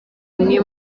umwe